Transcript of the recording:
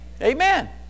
Amen